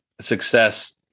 success